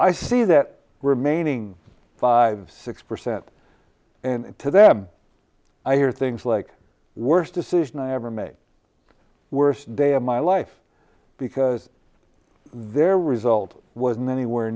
i see that remaining five six percent and to them i hear things like worst decision i ever make worst day of my life because there result wasn't anywhere